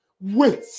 Wait